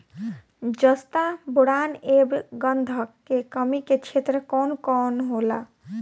जस्ता बोरान ऐब गंधक के कमी के क्षेत्र कौन कौनहोला?